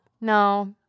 No